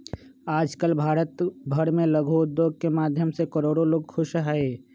आजकल भारत भर में लघु उद्योग के माध्यम से करोडो लोग खुश हई